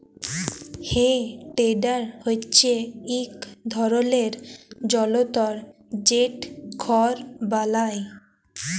হে টেডার হচ্যে ইক ধরলের জলতর যেট খড় বলায়